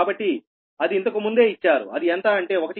కాబట్టి అది ఇంతకుముందే ఇచ్చారు అది ఎంత అంటే 1